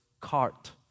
cart